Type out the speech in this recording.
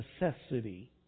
necessity